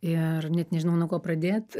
ir net nežinau nuo ko pradėt